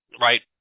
right